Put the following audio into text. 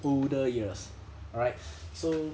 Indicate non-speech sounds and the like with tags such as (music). older years alright (breath) so